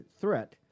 threat